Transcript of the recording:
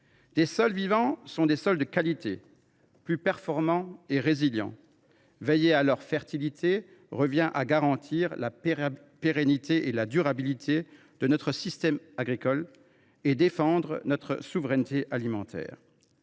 Des sols vivants sont des sols de qualité, plus performants et résilients. Veiller à leur fertilité revient à garantir la pérennité et la durabilité de notre système agricole et à défendre notre souveraineté alimentaire.